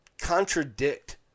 contradict